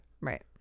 Right